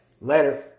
Later